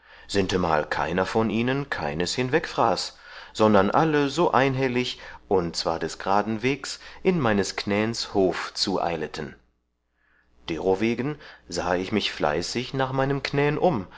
sintemal keiner von ihnen keines hinwegfraß sondern alle so einhellig und zwar des geraden wegs in meines knäns hof zueileten derowegen sahe ich mich fleißig nach meinem knän um